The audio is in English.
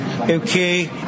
Okay